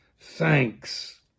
thanks